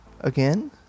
again